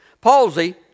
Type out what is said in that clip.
palsy